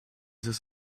this